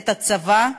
את הצבא,